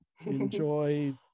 enjoy